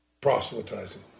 proselytizing